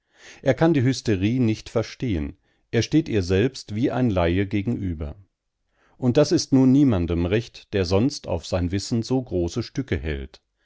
er kann die hysterie nicht verstehen er steht ihr selbst wie ein laie gegenüber und das ist nun niemandem recht der sonst auf sein wissen so große stücke hält